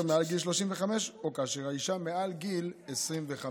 מעל גיל 35 או כאשר האישה מעל גיל 25,